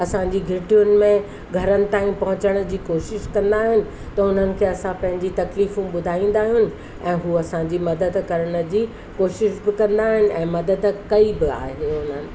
असांजी गिटियुनि में घरनि ताईं पहुचण जी कोशिशि कंदा आहिनि त हुननि खे असां पंहिंजी तकलीफू ॿुधाईंदा आहियूं ऐं हू असांजी मदद करण जी कोशिशि बि कंदा आहिनि ऐं मदद कई बि आहे उन्हनि